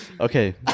Okay